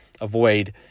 avoid